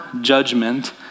judgment